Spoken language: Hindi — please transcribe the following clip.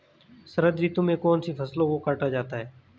शरद ऋतु में कौन सी फसलों को काटा जाता है?